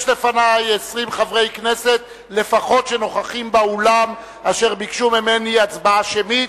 יש לפני 20 חברי כנסת לפחות שנוכחים באולם אשר ביקשו ממני הצבעה שמית,